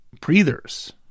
breathers